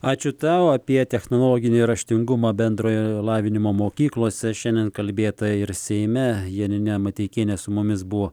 ačiū tau apie technologinį raštingumą bendrojo lavinimo mokyklose šiandien kalbėta ir seime janina mateikienė su mumis buvo